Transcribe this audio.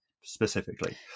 specifically